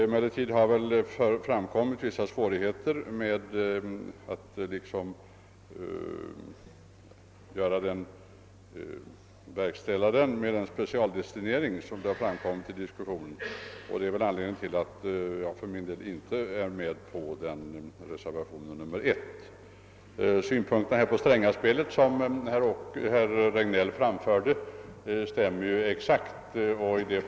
Emelertid har det framkommit synpunkter på vissa svårigheter att genomföra motionsförslaget med den specialdestinering som detta obligationslån skulle få. Detta är anledningen till att vi som avgivit den blanka reservationen inte kunnat ansluta oss till reservationen 1. De synpunkter på »Strängaspelet» som herr Regnéll framförde är alldeles riktiga.